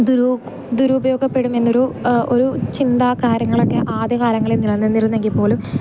ദുരുപയോഗപ്പെടും എന്നൊരു ഒരു ചിന്ത കാര്യങ്ങളൊക്കെ ആദ്യ കാലങ്ങളിൽ നിലനിന്നിരുന്നെങ്കിൽപ്പോലും